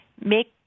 make